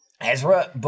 Ezra